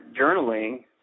journaling